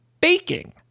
baking